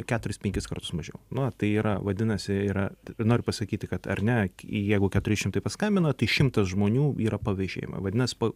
keturis penkis kartus mažiau na tai yra vadinasi yra noriu pasakyti kad ar ne jeigu keturi šimtai paskambino tai šimtas žmonių yra pavežėjami vadinas pa